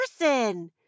person